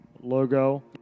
logo